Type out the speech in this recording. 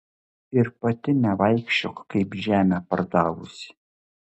ir pati nevaikščiok kaip žemę pardavusi